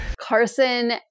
Carson